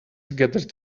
gathered